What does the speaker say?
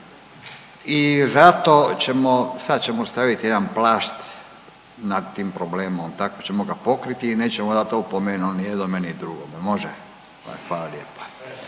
i zato ćemo sad ćemo staviti jedan plašt nad tim problemom, tako ćemo ga pokriti i nećemo dat opomenu ni jednome ni drugome. Može? Hvala lijepa.